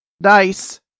nice